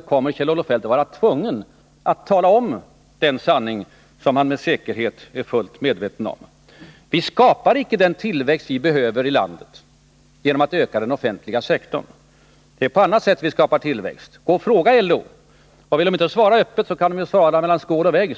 kommer nämligen Kjell-Olof Feldt att vara tvungen att tala om Torsdagen den den sanning som han med säkerhet är fullt medveten om. 20 november 1980 Vi skapar inte den tillväxt vi behöver i landet genom att öka den offentliga sektorn. Det är på annat sätt vi skapar tillväxt. Gå och fråga LO! Om LO inte vill svara öppet, kan ju svaret lämnas mellan skål och vägg.